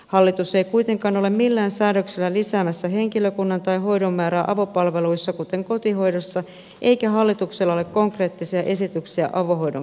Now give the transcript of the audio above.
hallitus ei kuitenkaan ole millään säädöksellä lisäämässä henkilökunnan tai hoidon määrää avopalveluissa kuten kotihoidossa eikä hallituksella ole konkreettisia esityksiä avohoidon kehittämiseen